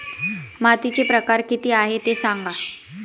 मातीचे प्रकार किती आहे ते सांगा